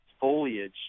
foliage